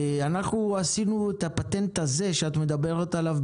אנחנו עשינו בירוחם את הפטנט הזה שאת מדברת עליו,